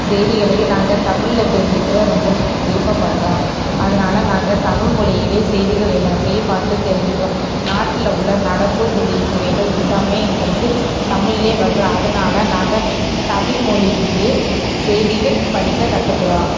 செய்திகளையும் நாங்கள் தமிழில் தெரிஞ்சுக்கிற ரொம்ப விருப்பப்படுறோம் அதனால் நாங்கள் தமிழ் மொழியிலே செய்திகள் எல்லாத்தையும் பார்த்து தெரிஞ்சுக்கிறோம் நாட்டில் உள்ள நடப்பு விதிமுறைகள் எல்லாமே எங்களுக்கு தமிழ்லேயே வருது அதனால் நாங்கள் தமிழ் மொழியிலே செய்திகள் படிக்க கற்றுக்குறோம்